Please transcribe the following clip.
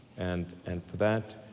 and and for that